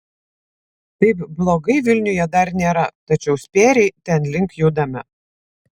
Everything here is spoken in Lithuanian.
taip blogai vilniuje dar nėra tačiau spėriai tenlink judame